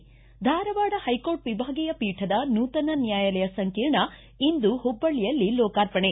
ಿ ಧಾರವಾಡ ಹೈಕೋರ್ಟ್ ವಿಭಾಗೀಯ ಪೀಠದ ನೂತನ ನ್ನಾಯಾಲಯ ಸಂಕೀರ್ಣ ಇಂದು ಹುಬ್ಬಳ್ಳಿಯಲ್ಲಿ ಲೋಕಾರ್ಪಣೆ